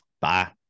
bye